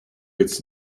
its